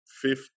fifth